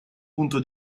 punto